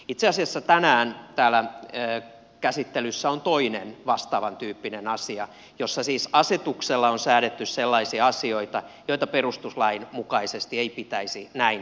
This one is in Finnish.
itse asiassa tänään täällä käsittelyssä on toinen vastaavantyyppinen asia jossa siis asetuksella on säädetty sellaisia asioita joita perustuslain mukaisesti ei pitäisi näin säädellä